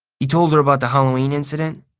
you told her about the halloween incident?